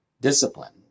discipline